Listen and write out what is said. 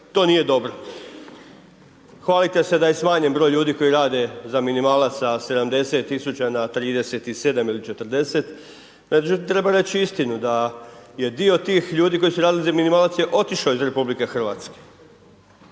To nije dobro. Hvalite se da je smanjen broj ljudi koji rade za minimalac sa 70 000 na 37 ili 40. Međutim, treba reći istinu da je dio tih ljudi koji su radili za minimalac je otišao iz RH. Hvala